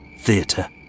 theatre